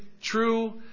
true